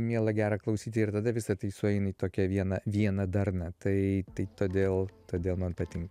miela gera klausyti ir tada visa tai sueina į tokią vieną vieną darną tai tai todėl todėl man patinka